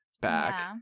back